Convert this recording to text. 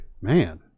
man